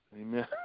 Amen